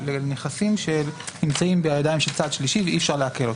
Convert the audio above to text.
לפועל) לנכסים שנמצאים בידיים של צד שלישי ואי-אפשר לעקל אותם.